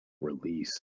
release